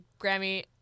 Grammy